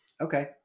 Okay